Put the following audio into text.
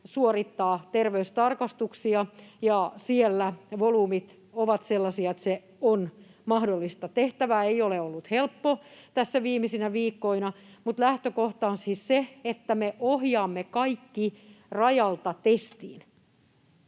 suorittaa terveystarkastuksia ja siellä volyymit ovat sellaisia, että se on mahdollista. Tehtävä ei ole ollut helppo tässä viimeisinä viikkoina, mutta lähtökohta on siis se, että me ohjaamme kaikki rajalta testiin.